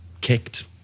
kicked